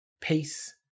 peace